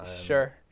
sure